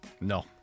No